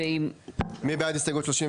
מי בעד הסתייגות 31?